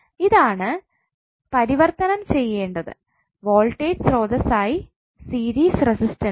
ഇതാണ് പരിവർത്തനം ചെയ്യേണ്ടത് വോൾട്ടേജ് സ്രോതസ്സുസായി സീരീസ് റസിസ്റ്റൻസിൽ